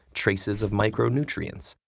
traces of micronutrients,